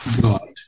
God